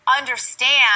understand